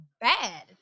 bad